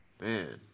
Man